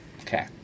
Okay